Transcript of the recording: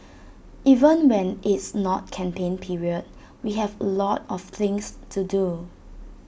even when it's not campaign period we have lot of things to do